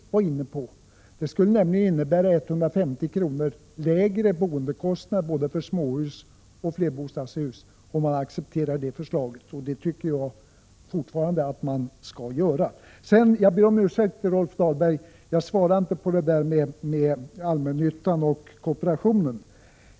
Ett accepterande av vårt förslag skulle innebära 150 kr. i lägre boendekostnader då det gäller både småhus och flerbostadshus. Jag tycker fortfarande att man skall acceptera vårt förslag. Jag ber om ursäkt, Rolf Dahlberg, att jag inte svarade beträffande allmännyttan och kooperationen.